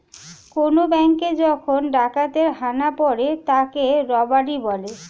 কোন ব্যাঙ্কে যখন ডাকাতের হানা পড়ে তাকে রবারি বলে